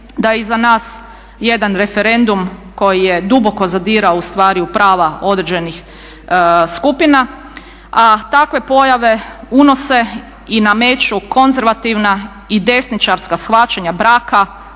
da je iza nas jedan referendum koji je duboko zadirao u stvari u prava određenih skupina a takve pojave unose i nameću konzervativna i desničarska shvaćanja braka,